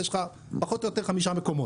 יש לך פחות או יותר חמישה מקומות.